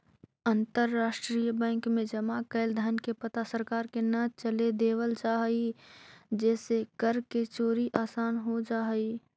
अंतरराष्ट्रीय बैंक में जमा कैल धन के पता सरकार के न चले देवल जा हइ जेसे कर के चोरी आसान हो जा हइ